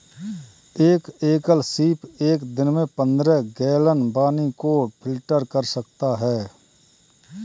एक एकल सीप एक दिन में पन्द्रह गैलन पानी को फिल्टर कर सकता है